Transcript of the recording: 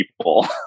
people